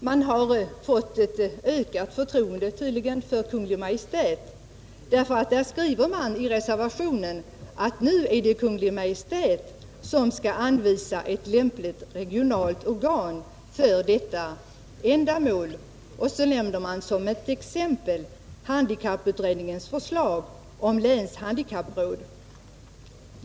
Man har fått ett ökat förtroende för Kungl. Maj:t, eftersom man i reservationen skriver att det torde få ankomma på Kungl. Maj:t att anvisa lämpligt regionalt organ för detta ändamål, och så nämner man handikapputredningens förslag om länshandikappråd.